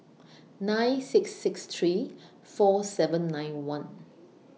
nine six six three four seven nine one